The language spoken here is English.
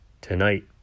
Tonight